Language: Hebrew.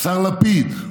השר לפיד,